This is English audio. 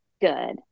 good